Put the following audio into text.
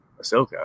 Ahsoka